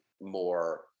more